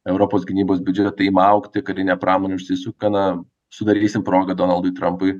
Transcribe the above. europos gynybos biudžetai ima augti karinė pramonė užsisuka na sudarysim progą donaldui trampui